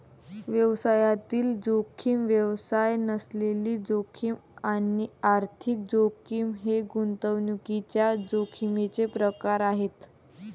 व्यवसायातील जोखीम, व्यवसाय नसलेली जोखीम आणि आर्थिक जोखीम हे गुंतवणुकीच्या जोखमीचे प्रकार आहेत